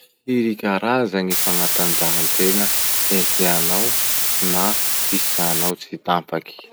Firy karaza ny fanatanjahantena henteanao na hisànao tsy tampaky.